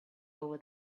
over